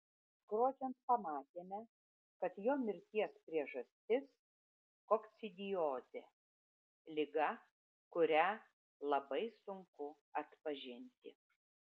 skrodžiant pamatėme kad jo mirties priežastis kokcidiozė liga kurią labai sunku atpažinti